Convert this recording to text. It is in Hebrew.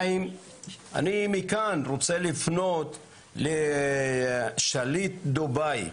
אני רוצה לפנות מכאן לשליט דובאי,